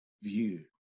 view